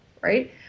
right